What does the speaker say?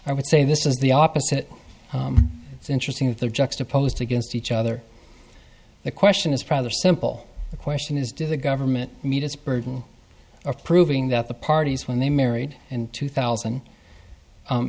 i would say this is the opposite it's interesting that there juxtaposed against each other the question is probably a simple question is did the government meet its burden of proving that the parties when they married in two thousand